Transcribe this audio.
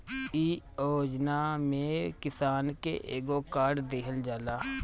इ योजना में किसान के एगो कार्ड दिहल जाला